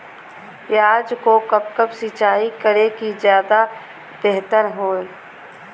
प्याज को कब कब सिंचाई करे कि ज्यादा व्यहतर हहो?